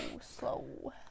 slow